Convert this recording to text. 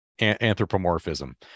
anthropomorphism